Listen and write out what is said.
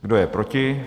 Kdo je proti?